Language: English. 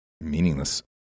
meaningless